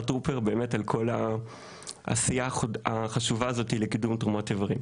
טרופר באמת על כל העשייה החשובה הזאת לקידום תרומות איברים.